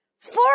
Four